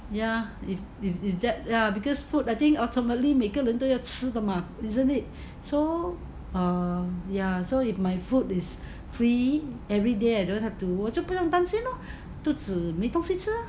ya if it that because food I think ultimately 每个人都要吃的么 isn't it so ya so if my food is free everyday I don't have to 我就不用担心 lor 肚子没东西吃 lor